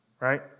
right